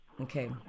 okay